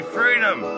Freedom